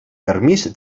permís